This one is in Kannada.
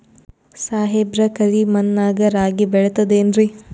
ಸಾಹೇಬ್ರ, ಕರಿ ಮಣ್ ನಾಗ ರಾಗಿ ಬೆಳಿತದೇನ್ರಿ?